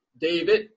David